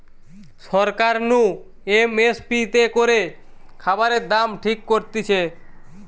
সরকার নু M S P তে করে খাবারের দাম ঠিক করতিছে